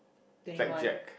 twenty one